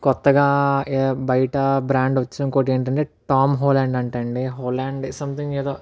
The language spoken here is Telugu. కొత్తగా బయట బ్రాండ్ వచ్చింది ఇంకోటి ఏంటంటే టామ్ హోలాండ్ అంటండి హోలాండ్ సామ్థింగ్ ఏదో